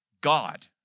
God